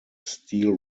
steel